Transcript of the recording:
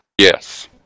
Yes